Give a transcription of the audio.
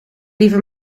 liever